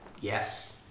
Yes